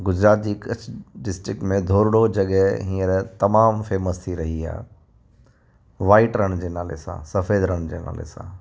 गुजरात जे कच्छ डिस्ट्रिक्ट में धोरडो जॻह हींअर तमामु फ़ेमस थी रही आहे वाईट रण जे नाले सफ़ेद रण जे नाले सां